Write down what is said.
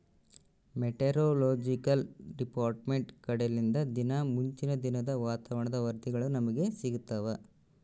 meteorological department ಕಡೆಲಿಂದ ದಿನಾ ಮುಂಚಿನ ದಿನದ ವಾತಾವರಣ ವರದಿಗಳು ನಮ್ಗೆ ಸಿಗುತ್ತವ